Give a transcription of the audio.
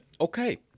Okay